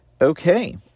Okay